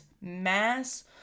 mass